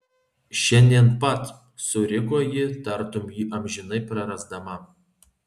šiandien pat suriko ji tartum jį amžinai prarasdama